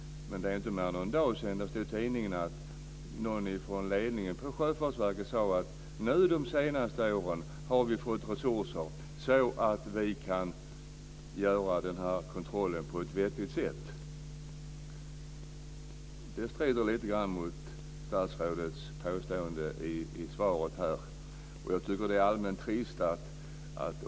Men det är inte mer än någon dag sedan det stod i tidningen att någon från ledningen på Sjöfartsverket sade: Nu de senaste åren har vi fått resurser så att vi kan göra kontrollen på ett vettigt sätt. Det strider lite grann mot statsrådets påstående i svaret. Jag tycker att det är allmänt trist.